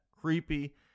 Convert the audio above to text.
creepy